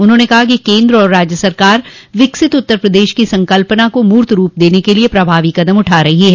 उन्होंने कहा कि केन्द्र और राज्य सरकार विकसित उत्तर प्रदेश की संकल्पना को मूर्त रूप देने के लिए प्रभावी कदम उठा रही है